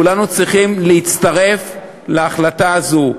כולנו צריכים להצטרף להחלטה הזאת.